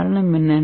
காரணம் என்ன